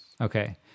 Okay